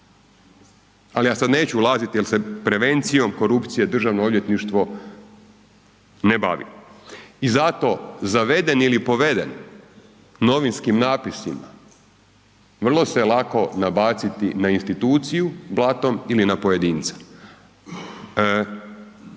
ali ja sad neću ulazit jer se prevencijom korupcije Državno odvjetništvo ne bavi. I zato zaveden ili poveden novinskim natpisima, vrlo se lako nabaciti na instituciju blatom ili na pojedinca.